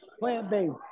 plant-based